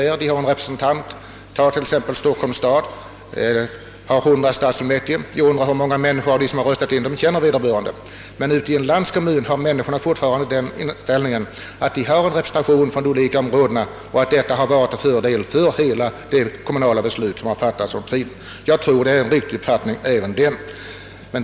Stockholms stad har t.ex. 100 stadsfullmäktige. Hur många av de människor som röstat in dem känner sin representant? Ute i landskommunerna har människorna fortfarande den inställningen att de har en representation från de olika områdena och att detta har varit till fördel för de kommunala beslut som fattats. Jag tror att det är en riktig uppfattning.